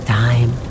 time